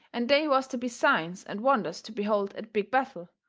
and they was to be signs and wonders to behold at big bethel,